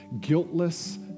guiltless